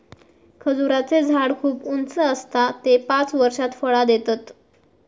खजूराचें झाड खूप उंच आसता ते पांच वर्षात फळां देतत